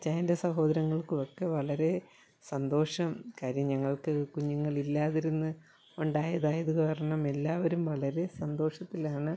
അച്ചായൻ്റെ സഹോദരങ്ങൾക്കുമൊക്കെ വളരെ സന്തോഷം കാര്യം ഞങ്ങൾക്ക് കുഞ്ഞുങ്ങൾ ഇല്ലാതിരുന്ന് ഉണ്ടായതായത് കാരണം എല്ലാവരും വളരെ സന്തോഷത്തിലാണ്